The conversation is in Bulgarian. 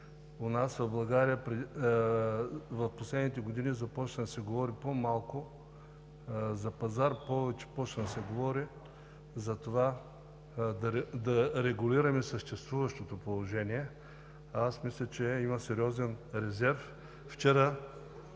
в последните години започна да се говори по малко за пазар, повече за това да регулираме съществуващото положение. Аз мисля, че има сериозен резерв.